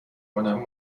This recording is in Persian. کنم